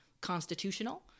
constitutional